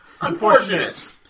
unfortunate